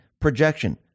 projection